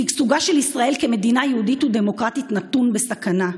שגשוגה של ישראל כמדינה יהודית ודמוקרטית נתון בסכנה".